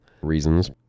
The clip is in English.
reasons